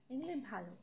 এগুলি ভালো